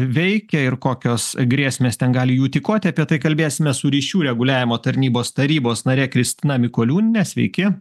veikia ir kokios grėsmės ten gali jų tykoti apie tai kalbėsime su ryšių reguliavimo tarnybos tarybos nare kristina mikoliūniene sveiki